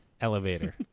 elevator